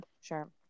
sure